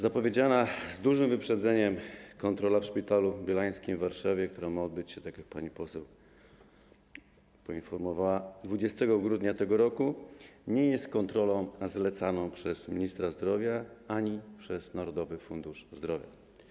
Zapowiedziana z dużym wyprzedzeniem kontrola w Szpitalu Bielańskim w Warszawie, która ma odbyć się, tak jak pani poseł poinformowała, 20 grudnia tego roku, nie jest kontrolą zlecaną przez ministra zdrowia ani przez Narodowy Fundusz Zdrowia.